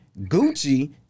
Gucci